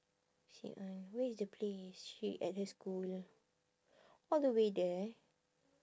shit lah where is the place she at her school all the way there